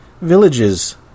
villages